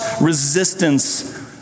resistance